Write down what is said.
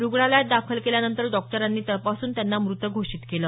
रुग्णालयात दाखल केल्यानंतर डॉक्टरांनी तपासून त्यांना मृत घोषित केलं